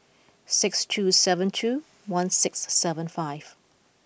six two seven two one six seven five